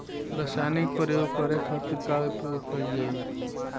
रसायनिक प्रयोग करे खातिर का उपयोग कईल जाइ?